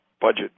budget